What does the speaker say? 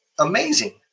amazing